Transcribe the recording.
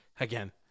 Again